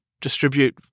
distribute